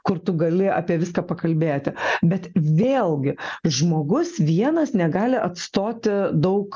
kur tu gali apie viską pakalbėti bet vėlgi žmogus vienas negali atstoti daug